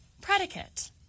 predicate